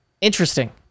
Interesting